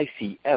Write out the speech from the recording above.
ICF